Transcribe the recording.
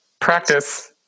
practice